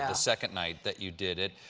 ah second night that you did it.